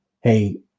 Hey